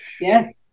Yes